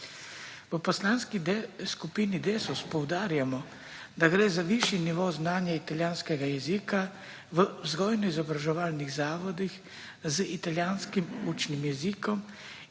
V Poslanski skupini Desus poudarjamo, da gre za višji nivo znanja italijanskega jezika v vzgojno-izobraževalnih zavodih z italijanskim učnim jezikom